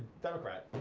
democrat.